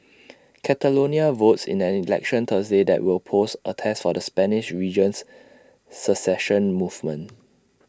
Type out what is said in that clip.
Catalonia votes in an election Thursday that will pose A test for the Spanish region's secession movement